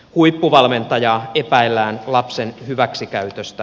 huippuvalmentajaa epäillään lapsen hyväksikäytöstä